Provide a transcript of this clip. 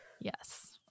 Yes